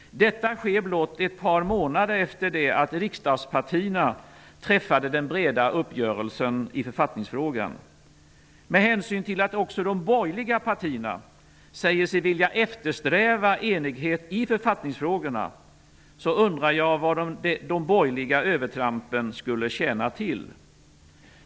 Detta sker blott ett par månader efter det att riskdagspartierna träffade den breda uppgörelsen i författningsfrågan. Med hänsyn till att också de borgerliga partierna säger sig vilja eftersträva enighet i författningsfrågorna undrar jag vad de borgerliga övertrampen skulle tjäna till.